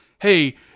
hey